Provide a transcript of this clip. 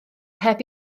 heb